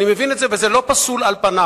אני מבין את זה, וזה לא פסול, על פניו.